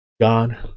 God